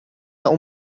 اون